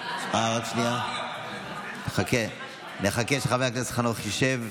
רק שנייה, נחכה שחבר הכנסת חנוך ישב.